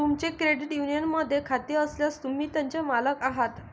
तुमचे क्रेडिट युनियनमध्ये खाते असल्यास, तुम्ही त्याचे मालक आहात